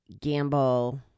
gamble